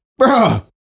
Bruh